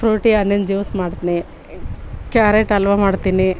Frooti ಹಣ್ಣಿಂದ್ juice ಮಾಡ್ತೀನಿ carrot halwa ಮಾಡ್ತೀನಿ